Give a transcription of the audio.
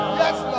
yes